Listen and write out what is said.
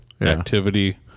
activity